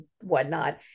whatnot